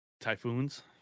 typhoons